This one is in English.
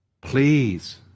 Please